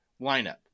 lineup